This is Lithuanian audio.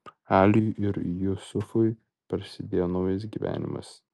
aliui ir jusufui prasidėjo naujas gyvenimas